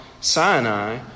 Sinai